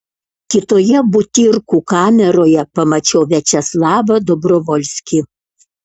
kitoje butyrkų kameroje pamačiau viačeslavą dobrovolskį